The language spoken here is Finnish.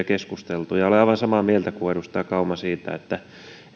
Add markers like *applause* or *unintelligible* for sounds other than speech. *unintelligible* keskusteltu ja olen aivan samaa mieltä kuin edustaja kauma siitä että